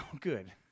good